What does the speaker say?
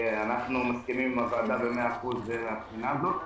אנחנו מסכימים עם הוועדה במאה אחוז מהבחינה הזאת.